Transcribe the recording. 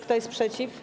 Kto jest przeciw?